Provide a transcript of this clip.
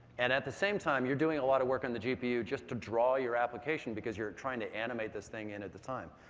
and at the same time, you're doing a lot of work on the gpu just to draw your application because you're trying to animate this thing in at the time.